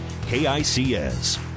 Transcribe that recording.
KICS